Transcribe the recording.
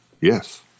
yes